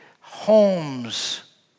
homes